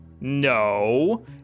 No